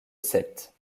sète